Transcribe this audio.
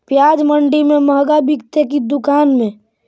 प्याज मंडि में मँहगा बिकते कि दुकान में?